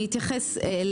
תתייחסי.